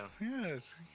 Yes